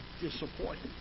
disappointed